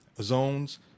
zones